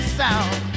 sound